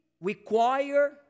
require